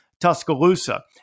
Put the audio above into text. Tuscaloosa